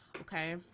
Okay